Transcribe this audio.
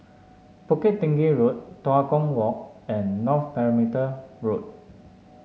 Bukit Tinggi Road Tua Kong Walk and North Perimeter Road